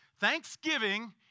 Thanksgiving